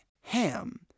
Ham